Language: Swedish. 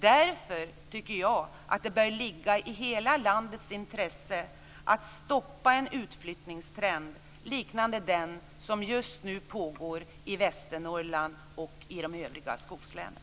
Jag tycker därför att det bör ligga i hela landets intresse att stoppa en utflyttningstrend liknande den som just nu pågår i Västernorrland och i de övriga skogslänen.